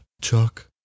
Chuck